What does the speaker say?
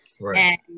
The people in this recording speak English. Right